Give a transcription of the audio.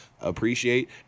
appreciate